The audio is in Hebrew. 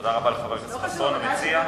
תודה רבה לחבר הכנסת חסון המציע.